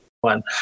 one